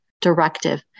directive